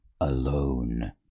alone